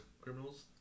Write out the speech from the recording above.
criminals